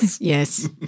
Yes